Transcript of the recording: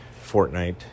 Fortnite